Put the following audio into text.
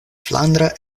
flandra